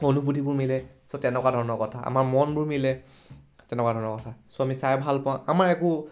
অনুভূতিবোৰ মিলে চ' তেনেকুৱা ধৰণৰ কথা আমাৰ মনবোৰ মিলে তেনেকুৱা ধৰণৰ কথা চ' আমি চাই ভাল পাওঁ আমাৰ একো